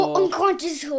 unconscious